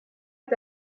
est